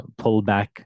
pullback